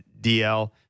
DL